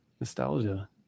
Nostalgia